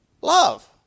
love